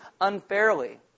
unfairly